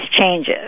changes